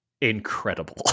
Incredible